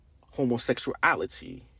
homosexuality